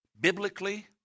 Biblically